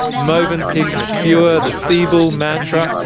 movenpick, mercure, the sebel, mantra.